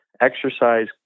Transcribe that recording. exercise